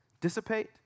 dissipate